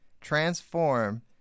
transform